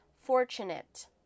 fortunate